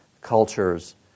cultures